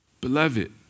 Beloved